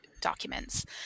documents